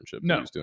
No